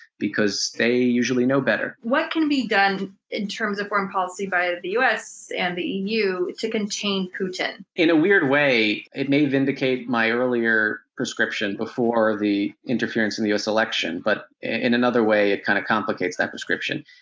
because they usually know better. what can be done in terms of foreign policy by the us and the eu to contain putin? in a weird way, it may vindicate my earlier prescription, before the interference in the us election, but in another way it kinda kind of complicated that prescription.